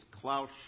Klaus